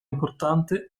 importante